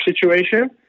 situation